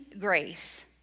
grace